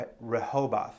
Rehoboth